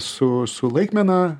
su su laikmena